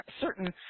certain